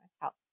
help